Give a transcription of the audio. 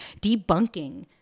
debunking